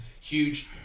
huge